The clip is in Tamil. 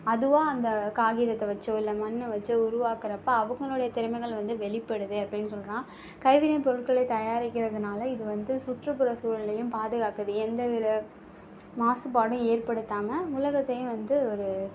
அதுவாக அந்த காகிதத்தை வைச்சோ இல்லை மண்ணை வைச்சோ உருவாக்கிறப்ப அவங்களோடைய திறமைகளை வந்து வெளிப்படுது அப்படின்னு சொல்கிறான் கைவினைப் பொருட்களை தயாரிக்கிறதுனால் இது வந்து சுற்றுப்புற சூழலையும் பாதுகாக்குது எந்தவித மாசுபாடும் ஏற்படுத்தாமல் உலகத்தையும் வந்து ஒரு